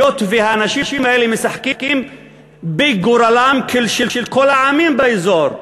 היות שהאנשים האלה משחקים בגורלם של כל העמים באזור,